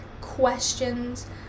questions